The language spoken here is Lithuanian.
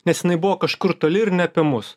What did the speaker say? nes jinai buvo kažkur toli ir ne apie mus